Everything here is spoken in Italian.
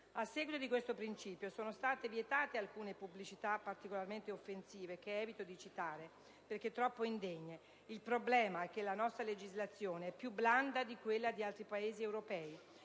A seguito di questo principio, sono state vietate alcune pubblicità particolarmente offensive, che evito di citare perché troppo indegne. Il problema è che la nostra legislazione è più blanda di quella di altri Paesi europei